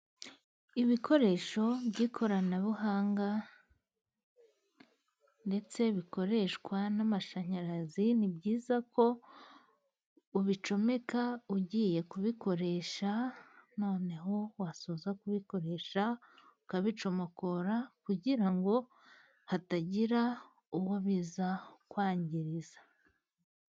Ibikoresho by'ikoranabuhanga ndetse bikoreshwa n' amashanyarazi ni byiza ko ubicomeka ugiye kubikoresha noneho wasoza kubikoresha, ukabi comokorara kugira ngo hatagira uwo biza kwangiriza.